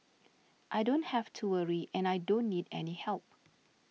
I don't have to worry and I don't need any help